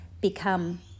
become